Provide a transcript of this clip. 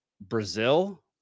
Brazil